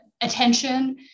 attention